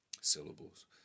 syllables